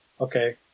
okay